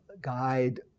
guide